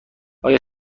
آیا